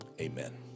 amen